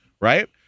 Right